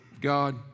God